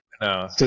No